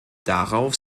darauf